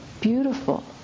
beautiful